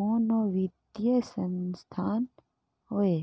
कोनो बित्तीय संस्थान होए